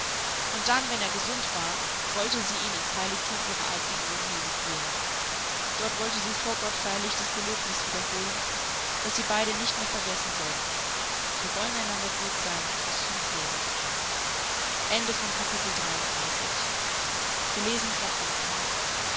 und dann wenn er gesund war wollte sie ihn ins heiligtum ihrer alten wohnhöhle führen dort wollte sie vor gott feierlich das gelöbnis wiederholen das sie beide nicht mehr vergessen sollten wir wollen einander gut sein bis zum tode